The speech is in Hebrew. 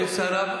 אין שר תורן?